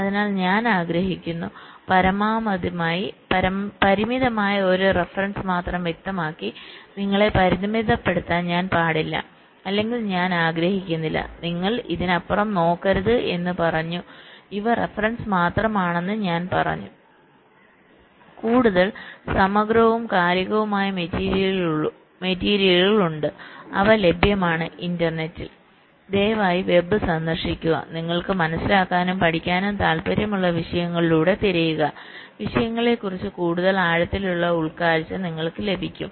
അതിനാൽ ഞാൻ ആഗ്രഹിക്കുന്നു പരിമിതമായ ഒരു റഫറൻസ് മാത്രം വ്യക്തമാക്കി നിങ്ങളെ പരിമിതപ്പെടുത്താൻ ഞാൻ പാടില്ല അല്ലെങ്കിൽ ഞാൻ ആഗ്രഹിക്കുന്നില്ല നിങ്ങൾ ഇതിനപ്പുറം നോക്കരുത് എന്ന് പറഞ്ഞു ഇവ റഫറൻസിനായി മാത്രമാണെന്ന് ഞാൻ പറഞ്ഞു കൂടുതൽ സമഗ്രവും കാലികവുമായ മെറ്റീരിയലുകൾ ഉണ്ട് അവ ലഭ്യമാണ് ഇന്റർനെറ്റിൽ ദയവായി വെബ് സന്ദർശിക്കുക നിങ്ങൾക്ക് മനസിലാക്കാനും പഠിക്കാനും താൽപ്പര്യമുള്ള വിഷയങ്ങളിലൂടെ തിരയുക വിഷയങ്ങളെക്കുറിച്ച് കൂടുതൽ ആഴത്തിലുള്ള ഉൾക്കാഴ്ച നിങ്ങൾക്ക് ലഭിക്കും